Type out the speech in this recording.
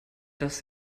dass